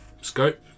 scope